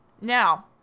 Now